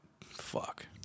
fuck